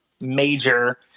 major